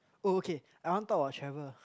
oh okay I want talk about travel